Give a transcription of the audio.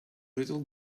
little